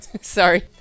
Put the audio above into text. Sorry